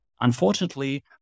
Unfortunately